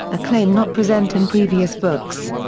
a claim not present in previous books.